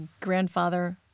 grandfather